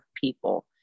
people